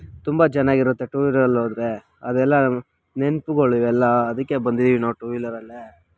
ತುಂಬ ಚೆನ್ನಾಗಿರುತ್ತೆ ಟೂ ವೀಲರಲ್ಲಿ ಹೋದರೆ ಅದೆಲ್ಲ ನೆನಪುಗಳು ಇವೆಲ್ಲ ಅದಕ್ಕೆ ಬಂದಿದ್ದೀವಿ ನಾವು ಟೂ ವೀಲರಲ್ಲೇ